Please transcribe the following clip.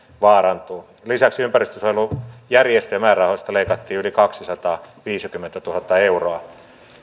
vaarantuu lisäksi ympäristönsuojelujärjestöjen määrärahoista leikattiin yli kaksisataaviisikymmentätuhatta euroa